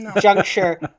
juncture